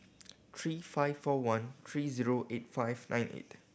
three five four one three zero eight five nine eight